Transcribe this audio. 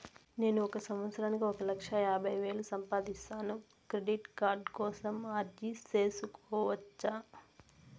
నేను ఒక సంవత్సరానికి ఒక లక్ష యాభై వేలు సంపాదిస్తాను, క్రెడిట్ కార్డు కోసం అర్జీ సేసుకోవచ్చా?